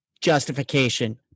justification